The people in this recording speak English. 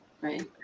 Right